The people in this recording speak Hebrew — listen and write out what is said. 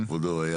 כשכבודו היה